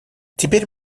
теперь